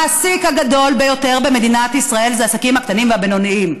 המעסיק הגדול ביותר במדינת ישראל זה העסקים הקטנים והבינוניים.